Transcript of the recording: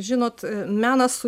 žinot menas su